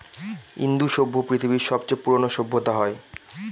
ইন্দু সভ্য পৃথিবীর সবচেয়ে পুরোনো সভ্যতা হয়